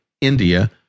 India